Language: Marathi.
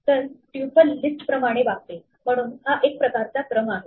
तर ट्युपल लिस्ट प्रमाणे वागते म्हणून हा एक प्रकारचा क्रम आहे